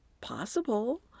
possible